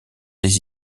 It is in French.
les